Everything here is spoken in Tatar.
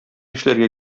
эшләргә